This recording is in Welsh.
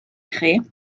chi